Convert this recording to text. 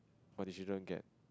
what decision get